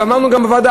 ואמרנו גם בוועדה,